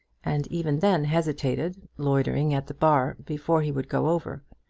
and even then hesitated, loitering at the bar, before he would go over.